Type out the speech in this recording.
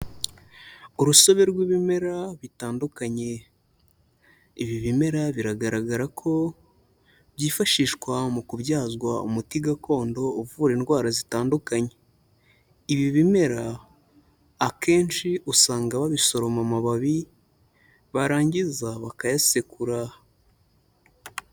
Urusobe rw'ibimera bitandukanye, ibi bimera biragaragara ko byifashishwa mu kubyazwa umuti gakondo uvura indwara zitandukanye. Ibi bimera akenshi usanga babisoroma amababi barangiza bakayasekura.